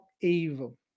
evil